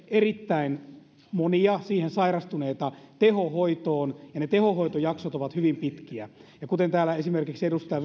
erittäin monia siihen sairastuneita tehohoitoon ja ne tehohoitojaksot ovat hyvin pitkiä ja kuten täällä esimerkiksi edustaja